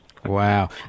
Wow